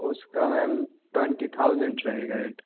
उसका ma'am twenty thousand रहेगा rate